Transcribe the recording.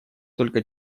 только